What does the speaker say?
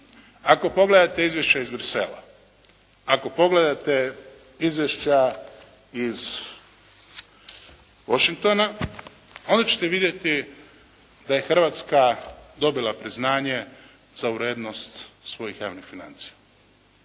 Ako pogledate izvješće iz Bruxellesa, ako pogledate izvješća iz Washingtona, onda ćete vidjeti da je Hrvatska dobila priznanje za urednost svojih javnih financija.